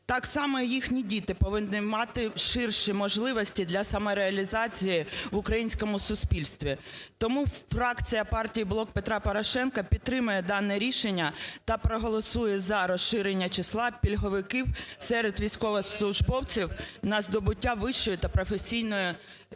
Так само і їхні діти повинні мати ширші можливості для самореалізації в українському суспільстві. Тому фракція партії "Блок Петра Порошенка" підтримує дане рішення та проголосує за розширення числа пільговиків серед військовослужбовців на здобуття вищої та професійної технічної